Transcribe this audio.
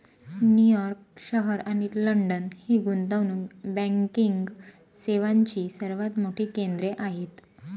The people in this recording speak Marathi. न्यूयॉर्क शहर आणि लंडन ही गुंतवणूक बँकिंग सेवांची सर्वात मोठी केंद्रे आहेत